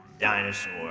dinosaur